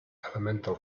elemental